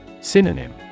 synonym